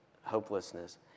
hopelessness